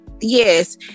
yes